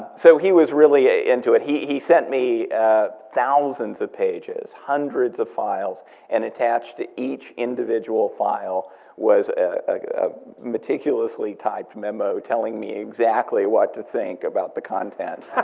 so he was really into it. he he sent me thousands of pages, hundreds of files and attached to each individual file was a meticulously typed memo telling me exactly what to think about the content.